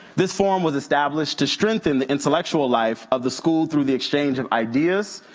this forum was established to strengthen the intellectual life of the school through the exchange of ideas,